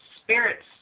spirits